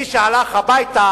מי שהלך הביתה